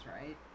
right